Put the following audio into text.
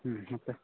ಹ್ಞೂ ಮತ್ತು